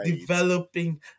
Developing